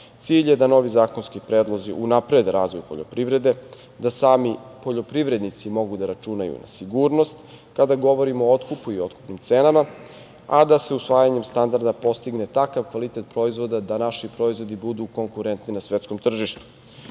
je da novi zakonski predlozi unaprede razvoj poljoprivrede, da sami poljoprivrednici mogu da računaju na sigurnost kada govorimo o otkupu i otkupnim cenama, a da se usvajanjem standarda postigne takav kvalitet proizvoda da naši proizvodi budu konkurentni na svetskom tržištu.